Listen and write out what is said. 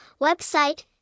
website